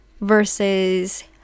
versus